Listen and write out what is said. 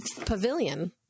pavilion